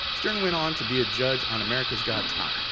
stern went on to be a judge on america's got talent.